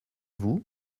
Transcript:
vous